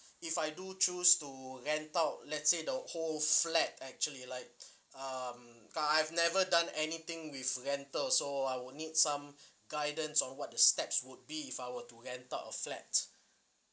if I do choose to rent out let's say the whole flat actually like um I I've never done anything with rental so I would need some guidance or what the steps would be if I were to rent out a flat